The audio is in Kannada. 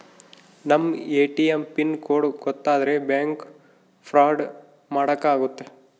ನಮ್ ಎ.ಟಿ.ಎಂ ಪಿನ್ ಕೋಡ್ ಗೊತ್ತಾದ್ರೆ ಬ್ಯಾಂಕ್ ಫ್ರಾಡ್ ಮಾಡಾಕ ಆಗುತ್ತೆ